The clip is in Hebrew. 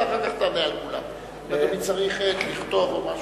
וגם הם פנו לשלטונות,